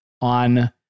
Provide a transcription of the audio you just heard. on